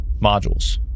modules